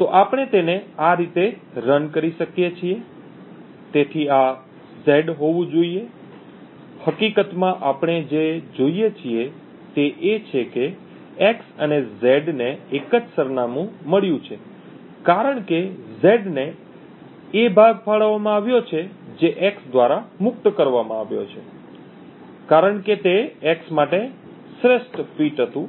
તો આપણે તેને આ રીતે રન કરી શકીએ છીએ તેથી આ z હોવું જોઈએ હકીકતમાં આપણે જે જોઈએ છીએ તે એ છે કે x અને z ને એક જ સરનામું મળ્યું છે કારણ કે z ને એ ભાગ ફાળવવામાં આવ્યો છે જે x દ્વારા મુક્ત કરવામાં આવ્યો છે કારણ કે તે x માટે શ્રેષ્ઠ ફિટ હતું